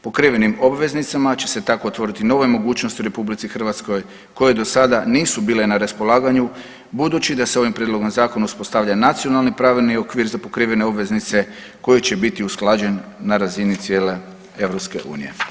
Pokriven obveznicama će se tako otvoriti nove mogućnosti u RH koje do sada nisu bile na raspolaganju budući da se ovim Prijedlogom zakona uspostavlja nacionalni pravilni okvir za pokrivene obveznice koje će biti usklađen na razini cijele EU.